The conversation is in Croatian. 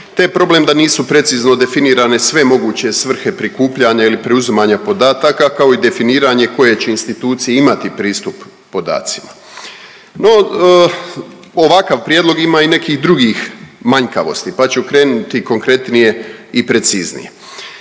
je problem da nisu precizno definirane sve moguće svrhe prikupljanja ili preuzimanja podataka kao i definiranje koje će institucije imati pristup podacima. No ovakav prijedlog ima i nekih drugih manjkavosti pa ću krenuti konkretnije i preciznije.